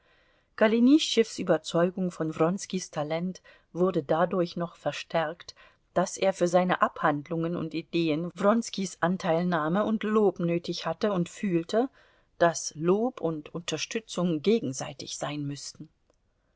golenischtschews überzeugung von wronskis talent wurde dadurch noch verstärkt daß er für seine abhandlungen und ideen wronskis anteilnahme und lob nötig hatte und fühlte daß lob und unterstützung gegenseitig sein müßten